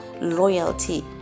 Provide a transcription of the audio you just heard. loyalty